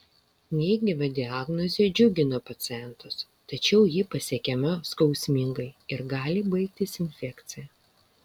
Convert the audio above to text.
neigiama diagnozė džiugina pacientus tačiau ji pasiekiama skausmingai ir gali baigtis infekcija